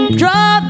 draw